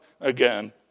again